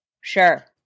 Sure